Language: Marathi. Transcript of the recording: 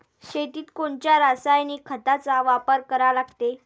शेतीत कोनच्या रासायनिक खताचा वापर करा लागते?